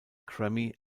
grammy